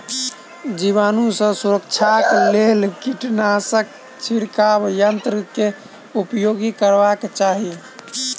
जीवाणु सॅ सुरक्षाक लेल कीटनाशक छिड़काव यन्त्र के उपयोग करबाक चाही